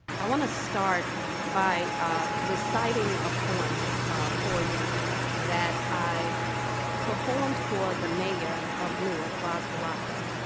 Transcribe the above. i want to start by reciting a poem for you that i performed for the mayor of newark, ras baraka,